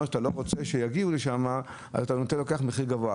שאתה לא רוצה שיגיעו לשם ולכן אתה גובה מחיר גבוה,